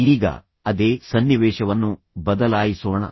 ಈಗ ಅದೇ ಸನ್ನಿವೇಶವನ್ನು ಬದಲಾಯಿಸೋಣ